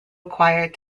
acquired